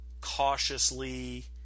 cautiously